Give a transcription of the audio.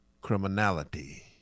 criminality